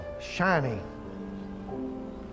shining